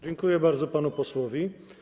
Dziękuję bardzo panu posłowi.